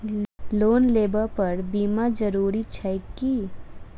Loan लेबऽ पर बीमा जरूरी छैक की?